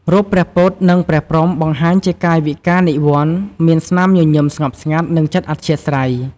រូបព្រះពុទ្ធ និង ព្រះព្រហ្ម បង្ហាញជាកាយវិការនិវ័ន្ត មានស្នាមញញឹមស្ងប់ស្ងាត់ និងចិត្តអធ្យាស្រ័យ។